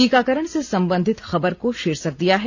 टीकाकरण से संबंधित खबर को शीर्षक दिया है